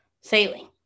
sailing